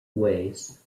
ways